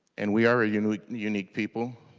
and we are ah unique unique people.